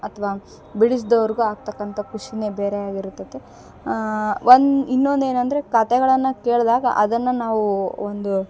ಅಥ್ವ ಬಿಡಿಸ್ದವ್ರಿಗು ಆಗ್ತಾಕ್ಕಂಥ ಖುಷಿ ಬೇರೆಯಾಗಿರುತದೆ ಒಂದು ಇನ್ನೊಂದು ಏನು ಅಂದರೆ ಕತೆಗಳನ್ನು ಕೇಳಿದಾಗ ಅದನ್ನು ನಾವು ಒಂದು